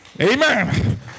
Amen